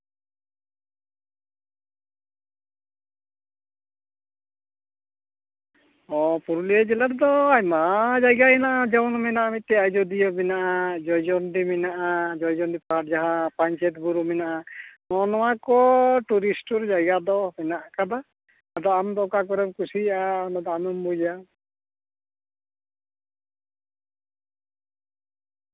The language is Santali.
ᱚ ᱯᱩᱨᱩᱞᱤᱭᱟᱹ ᱡᱮᱞᱟ ᱨᱮᱫᱚ ᱟᱭᱢᱟ ᱡᱟᱭᱜᱟ ᱦᱮᱱᱟᱜᱼᱟ ᱡᱮᱢᱚᱱ ᱢᱮᱱᱟᱜᱼᱟ ᱢᱤᱫᱴᱮᱱ ᱟᱡᱚᱫᱤᱭᱟᱹ ᱢᱮᱱᱟᱜᱼᱟ ᱡᱚᱭᱪᱚᱱᱰᱤ ᱢᱮᱱᱟᱜᱼᱟ ᱡᱚᱭᱪᱚᱱᱰᱤ ᱯᱟᱦᱟᱲ ᱡᱟᱦᱟᱸ ᱯᱟᱧᱪᱮᱛ ᱵᱩᱨᱩ ᱢᱮᱱᱟᱜᱼᱟ ᱱᱚᱜᱼᱚ ᱱᱚᱣᱟ ᱠᱚ ᱴᱩᱨᱤᱥᱴ ᱴᱩᱨ ᱡᱟᱭᱜᱟ ᱫᱚ ᱢᱮᱱᱟᱜ ᱠᱟᱫᱟ ᱟᱫᱚ ᱟᱢ ᱫᱚ ᱚᱠᱟ ᱠᱚᱨᱮᱢ ᱠᱩᱥᱤᱭᱟᱜᱼᱟ ᱚᱱᱟ ᱫᱚ ᱟᱢᱮᱢ ᱵᱩᱡᱟ